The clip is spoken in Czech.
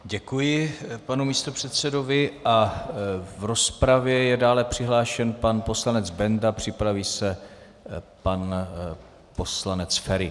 Děkuji panu místopředsedovi a v rozpravě je dále přihlášen pan poslanec Benda, připraví se pan poslanec Feri.